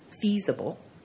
feasible